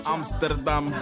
Amsterdam